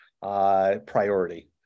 Priority